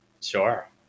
Sure